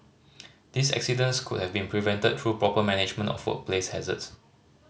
these accidents could have been prevented through proper management of workplace hazards